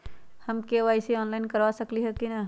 हम KYC online करवा सकली ह कि न?